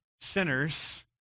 sinners